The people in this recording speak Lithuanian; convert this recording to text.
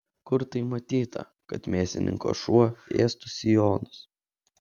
kur tai matyta kad mėsininko šuo ėstų sijonus